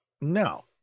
No